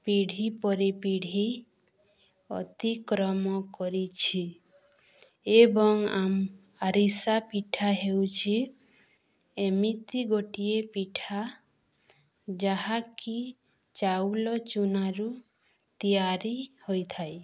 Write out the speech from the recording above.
ପିଢ଼ି ପରି ପିଢ଼ି ଅତିକ୍ରମ କରିଛି ଏବଂ ଆରିସା ପିଠା ହେଉଛି ଏମିତି ଗୋଟିଏ ପିଠା ଯାହାକି ଚାଉଳ ଚୁନାରୁ ତିଆରି ହୋଇଥାଏ